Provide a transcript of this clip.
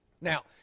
Now